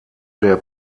der